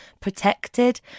protected